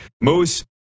Moose